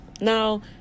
Now